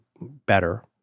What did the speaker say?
better